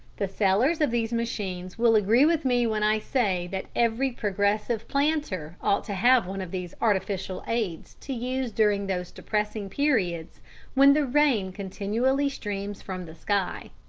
the sellers of these machines will agree with me when i say that every progressive planter ought to have one of these artificial aids to use during those depressing periods when the rain continually streams from the sky.